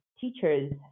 teachers